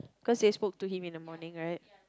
cause they spoke to him in the morning right